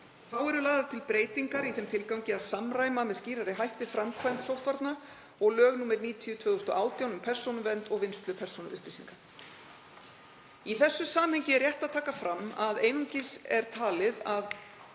Þá eru lagðar til breytingar í þeim tilgangi að samræma með skýrari hætti framkvæmd sóttvarna og lög nr. 90/2018, um persónuvernd og vinnslu persónuupplýsinga. Í þessu samhengi er rétt að taka fram að einungis er talið að